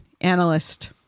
analyst